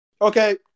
Okay